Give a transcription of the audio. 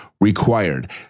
required